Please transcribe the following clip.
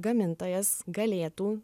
gamintojas galėtų